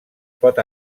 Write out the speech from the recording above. pot